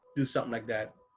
do something like that.